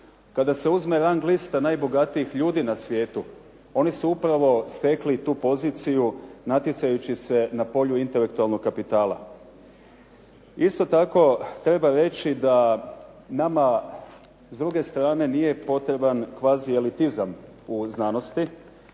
Kada se uzme rang lista najbogatijih ljudi na svijetu oni su upravo stekli tu poziciju natječući se na polju intelektualnog kapitala. Isto tako, treba reći da nama s druge strane nije potreban kvazi elitizam u znanosti,